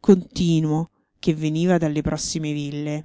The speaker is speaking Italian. continuo che veniva dalle prossime ville